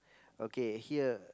okay here